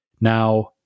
Now